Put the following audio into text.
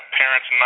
parents